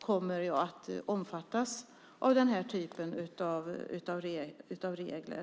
Kommer jag att omfattas av den här typen av regler?